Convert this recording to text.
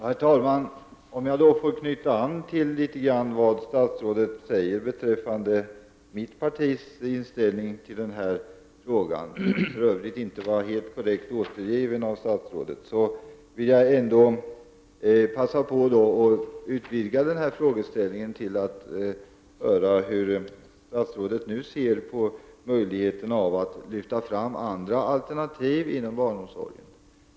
Herr talman! Jag vill då knyta an till vad statsrådet säger beträffande mitt partis inställning till denna fråga, som för övrigt inte var helt korrekt återgiven av statsrådet, och utvidga frågeställningen till att höra hur statsrådet nu ser på möjligheten att lyfta fram andra alternativ inom barnomsorgen.